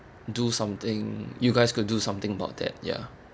do something you guys could do something about that ya